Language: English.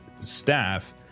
staff